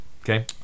Okay